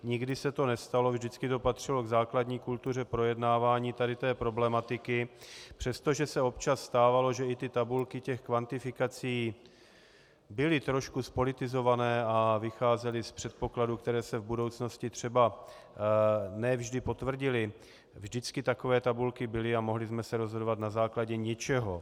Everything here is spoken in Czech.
Nikdy se to nestalo, vždycky to patřilo k základní kultuře projednávání téhle problematiky, přestože se občas stávalo, že i tabulky kvantifikací byly trošku zpolitizované a vycházely z předpokladů, které se v budoucnosti třeba ne vždy potvrdily, vždycky takové tabulky byly a mohli jsme se rozhodovat na základě něčeho.